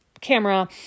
camera